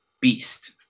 beast